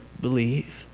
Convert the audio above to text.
believe